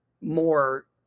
more